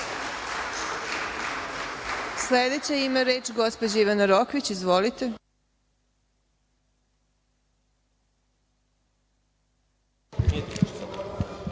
Sledeća ima reč gospođa Ivana Rokvić. Izvolite.